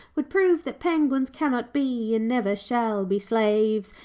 would prove that penguins cannot be and never shall be slaves.